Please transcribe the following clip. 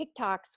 TikToks